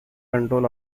control